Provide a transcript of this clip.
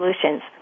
solutions